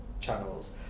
channels